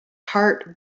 heart